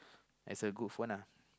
it's a good phone ah